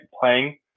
playing